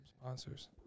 sponsors